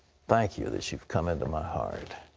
thank you that youve come into my heart.